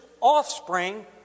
offspring